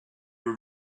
were